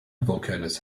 volcanoes